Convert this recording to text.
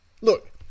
Look